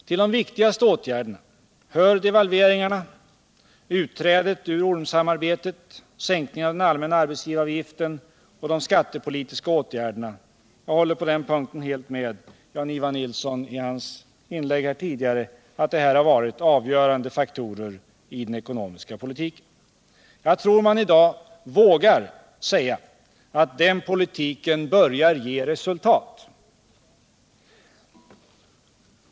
Till de viktigaste åtgärderna hör devalveringarna, utträdet ur ormsamarbetet, sänkningen av den allmänna arbetsgivaravgiften och de skattepolitiska åtgärderna. Jag håller på den punkten helt med Jan-Ivan Nilsson i hans tidigare inlägg att det här har varit avgörande faktorer i den ekonomiska politiken. Jag tror att man i dag vågar säga att den politiken börjar ge resultat.